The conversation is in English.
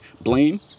blame